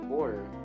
border